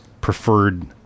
Preferred